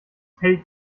fällt